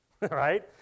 right